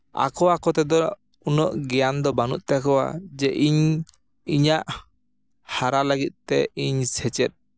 ᱟᱠᱚ ᱟᱠᱚ ᱛᱮᱫᱚ ᱩᱱᱟᱹᱜ ᱜᱮᱭᱟᱱ ᱫᱚ ᱵᱟᱹᱱᱩᱜ ᱛᱟᱠᱚᱣᱟ ᱡᱮ ᱤᱧ ᱤᱧᱟᱹᱜ ᱦᱟᱨᱟ ᱞᱟᱹᱜᱤᱫ ᱛᱮ ᱤᱧ ᱥᱮᱪᱮᱫ